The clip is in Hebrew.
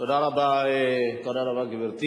תודה רבה, גברתי.